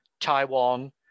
Taiwan